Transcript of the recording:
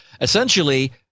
essentially